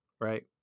right